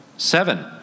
seven